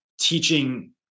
teaching